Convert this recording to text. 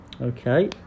Okay